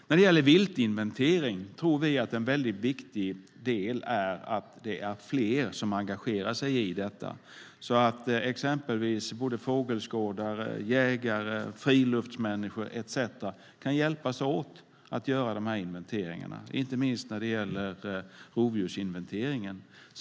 När det gäller viltinventering tror vi att det är viktigt att fler engagerar sig, att exempelvis fågelskådare, jägare, friluftsmänniskor etcetera kan hjälpas åt att göra inventeringarna, inte minst rovdjursinventeringar.